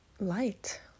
light